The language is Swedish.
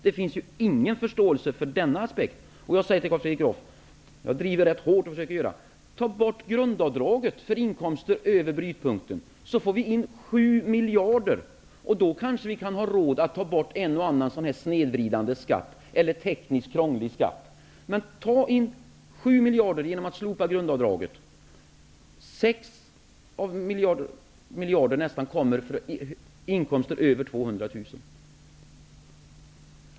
Till Carl Fredrik Graf säger jag -- och jag driver detta hårt: Ta bort grundavdraget för inkomster över brytpunkten! Då får vi in 7 miljarder, och kanske kan vi då ha råd att ta bort en och annan snedvridande eller tekniskt krånglig skatt. Nästan 6 miljarder kommer från inkomster över 200 000.